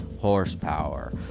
horsepower